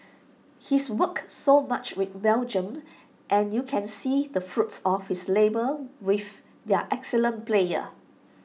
he's worked so much with Belgium and you can see the fruits of his labour with their excellent players